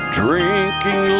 drinking